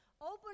open